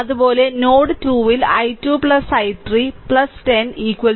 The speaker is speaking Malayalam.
അതുപോലെ നോഡ് 2 ൽ i2 i3 10 0